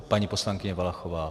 Paní poslankyně Valachová.